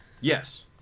Yes